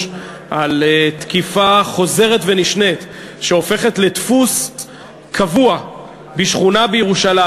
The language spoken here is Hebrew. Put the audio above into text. על תקיפה חוזרת ונשנית שהופכת לדפוס קבוע בשכונה בירושלים,